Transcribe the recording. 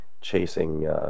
chasing